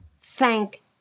Thank